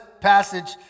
passage